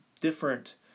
different